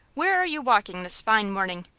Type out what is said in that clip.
where are you walking this fine morning?